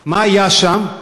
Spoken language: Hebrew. מה היה שם?